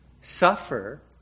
suffer